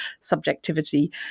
subjectivity